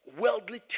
worldly